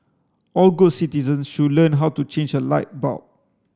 all good citizens should learn how to change a light bulb